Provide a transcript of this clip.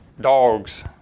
dogs